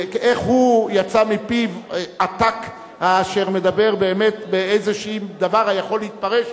ואיך יצא מפיו עתק אשר מדבר באמת באיזה דבר היכול להתפרש,